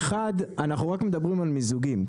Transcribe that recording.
אחד אנחנו רק מדברים על מיזוגים,